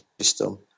system